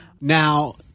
Now